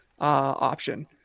option